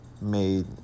made